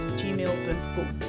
gmail.com